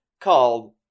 called